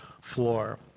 floor